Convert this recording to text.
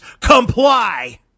comply